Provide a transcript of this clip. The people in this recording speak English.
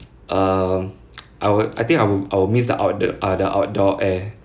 err I would I think I will I will miss the out the err the outdoor air